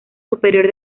superior